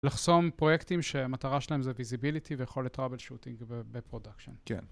לחסום פרויקטים שמטרה שלהם זה visibility ויכולת טראבל שוטינג בפרודקשן. כן.